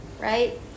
right